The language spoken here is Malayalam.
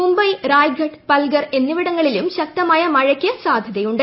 മുംബൈ റായിഗഡ് പൽഗർ എന്നിവിടങ്ങളിലും ശക്തമായ മഴയ്ക്ക് സാധ്യതയുണ്ട്